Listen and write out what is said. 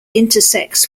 intersects